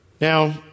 Now